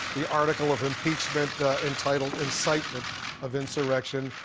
the article of impeachment entitled incitement of insurrection.